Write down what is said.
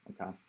Okay